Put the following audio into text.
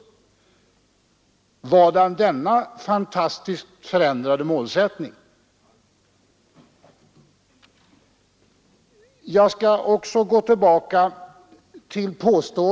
Vadan denna fantastiskt förändrade målsättning?